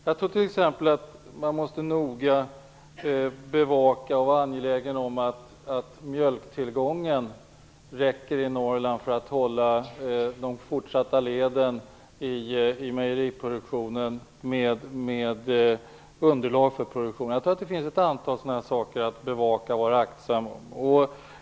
Jag tror t.ex. att man noga måste bevaka att mjölktillgången i Norrland räcker för att hålla de fortsatta leden i mejeriproduktionen med underlag för produktionen. Jag tror att det finns ett antal sådana saker att bevaka och vara aktsam om.